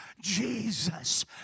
Jesus